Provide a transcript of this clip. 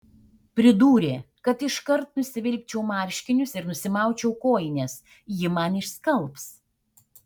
pridūrė kad iškart nusivilkčiau marškinius ir nusimaučiau kojines ji man išskalbs